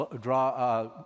draw